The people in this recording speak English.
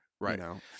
Right